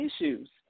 issues